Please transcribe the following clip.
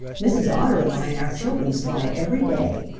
mrs. otter and i and our children slide every day.